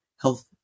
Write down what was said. health